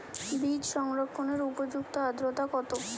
বীজ সংরক্ষণের উপযুক্ত আদ্রতা কত?